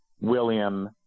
william